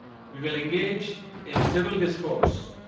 we will engage in civil discourse,